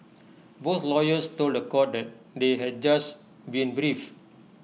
both lawyers told The Court that they had just been briefed